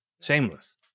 shameless